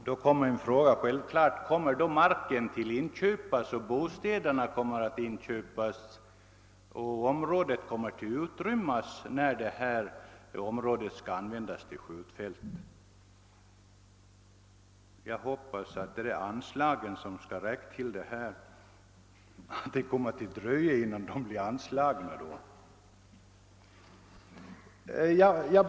Herr talman! En fråga som man ställer sig är, om marken och bostäderna på denna kommer att inköpas och om det berörda området helt kommer att utrymmas, när det skall användas som skjutfält. Jag hoppas också att det kommer att dröja innan de anslag, som hittills inte skulle ha räckt till för detta ändamål, kommer att kunna tas i anspråk härför.